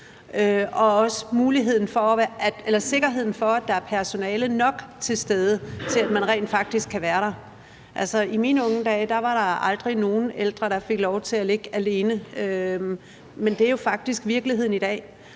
også sikkerheden for, at der er personale nok til stede, til at man rent faktisk kan være der. I mine unge dage var der aldrig nogen ældre, der fik lov til at ligge alene, men det er jo faktisk virkeligheden i dag.